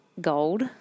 gold